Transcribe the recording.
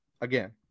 again